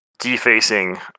defacing